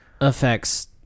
affects